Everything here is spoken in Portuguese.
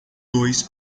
dois